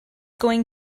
going